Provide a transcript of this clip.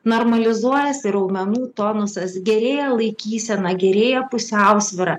normalizuojasi raumenų tonusas gerėja laikysena gerėja pusiausvyra